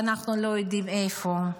ואנחנו לא יודעים איפה,